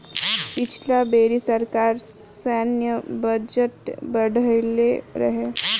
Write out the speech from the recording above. पिछला बेरी सरकार सैन्य बजट बढ़इले रहे